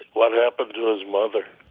what happened to his mother?